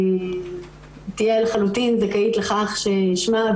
תהיה לחלוטין זכאית לכך ששמה,